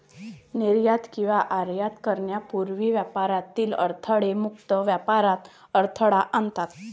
निर्यात किंवा आयात करण्यापूर्वी व्यापारातील अडथळे मुक्त व्यापारात अडथळा आणतात